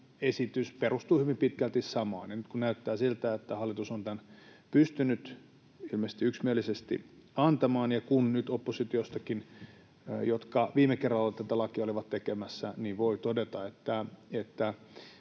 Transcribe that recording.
esitys perustuu hyvin pitkälti samaan. Nyt näyttää siltä, että hallitus on tämän pystynyt ilmeisesti yksimielisesti antamaan, ja nyt oppositiostakin, joka viime kerralla tätä lakia oli tekemässä, voi todeta, että